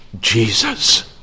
Jesus